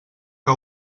que